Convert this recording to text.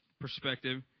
perspective